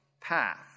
path